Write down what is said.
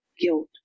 guilt